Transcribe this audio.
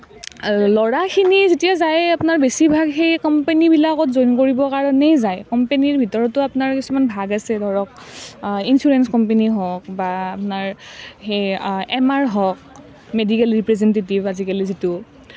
ল'ৰাখিনি যেতিয়া যায় আপোনাৰ বেছিভাগ সেই কম্পেনীবিলাকত জইন কৰিবৰ কাৰণেই যায় কম্পেনীৰ ভিতৰতো আপোনাৰ কিছুমান ভাগ আছে ধৰক ইঞ্চুৰেঞ্চ কম্পেনী হওঁক বা আপোনাৰ সেই এম আৰ হওঁক মেডিকেল ৰিপ্ৰেজেণ্টেটিভ আজিকালি যিটো